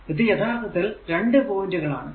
ഇത് യഥാർത്ഥത്തിൽ 2 പോയിന്റുകൾ ആണ്